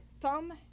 thumb